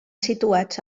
situats